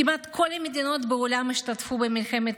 כמעט כל המדינות בעולם השתתפו במלחמת